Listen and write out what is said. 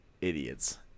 idiots